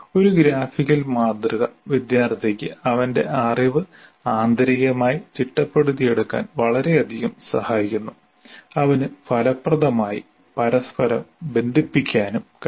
ഒരു ഗ്രാഫിക്കൽ മാതൃക വിദ്യാർത്ഥിക്ക് അവന്റെ അറിവ് ആന്തരികമായി ചിട്ടപ്പെടുത്തിയെടുക്കാൻ വളരെയധികം സഹായിക്കുന്നു അവന് ഫലപ്രദമായി പരസ്പരം ബന്ധിപ്പിക്കാൻ കഴിയും